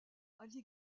ali